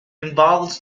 involve